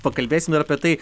pakalbėsim ir apie tai